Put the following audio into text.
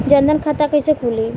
जनधन खाता कइसे खुली?